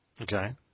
Okay